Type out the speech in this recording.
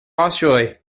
rassurés